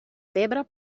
pebre